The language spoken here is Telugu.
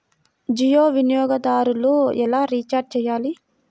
జియో వినియోగదారులు ఎలా రీఛార్జ్ చేయాలి?